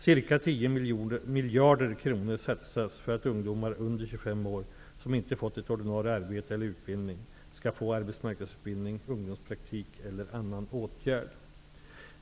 Ca 25 år, som inte fått ett ordinare arbete eller utbildning, skall få arbetsmarknadsutbildning, ungdomspraktik eller åtnjuta annan åtgärd.